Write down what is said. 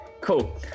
cool